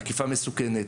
עקיפה מסוכנת,